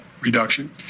reduction